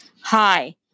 hi